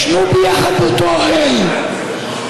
ישנו ביחד באותו האוהל,